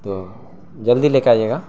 تو جلدی لے کے آئیے گا